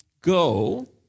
go